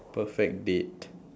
perfect date